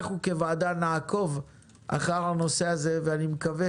אנחנו כוועדה נעקוב אחר הנושא הזה ואני מקווה